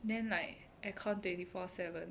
then like aircon twenty four seven